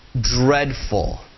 dreadful